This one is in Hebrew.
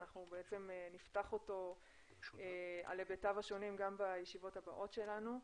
אנחנו נפתח אותו על היבטיו השונים גם בישיבות הבאות שלנו,